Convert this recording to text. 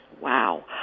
Wow